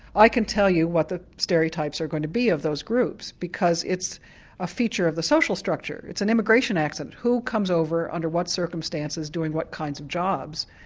i can tell you what the stereotypes are going to be of those groups. because it's a feature of the social structure, it's an immigration accident who comes over, under what circumstances, doing what kinds of jobs.